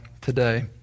today